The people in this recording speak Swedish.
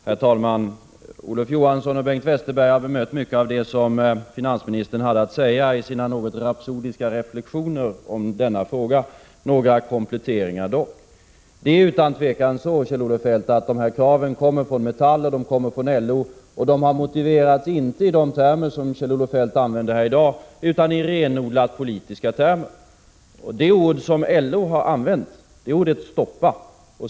Herr talman! Olof Johansson och Bengt Westerberg har bemött mycket av det som finansministern hade att säga i sina något rapsodiska reflexioner om denna fråga. Några kompletteringar dock! Det är utan tvivel så, Kjell-Olof Feldt, att de här kraven kommer från Metall och från LO, och de har motiverats, inte i de termer som Kjell-Olof Feldt använde här i dag, utan i renodlat politiska termer. Det ord som LO har använt är ordet stoppa.